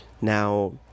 now